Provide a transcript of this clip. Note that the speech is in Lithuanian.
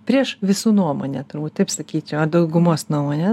prieš visų nuomonę turbūt taip sakyčiau ar daugumos nuomonę